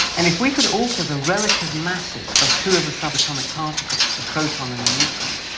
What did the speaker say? and if we could alter the relative masses of two of the subatomic particles, the proton and the neutron,